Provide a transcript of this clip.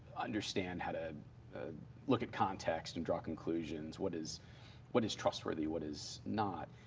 understand how to look at context and draw conclusions, what is what is trustworthy, what is not.